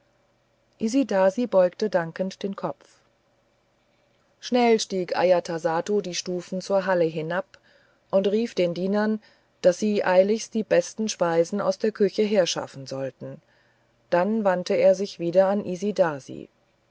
isidasi beugte dankend den kopf schnell stieg ajatasattu die stufen zur halle hinan und rief den dienern daß sie eiligst die besten speisen aus der küche herschaffen sollten dann wandte er sich wieder an isidasi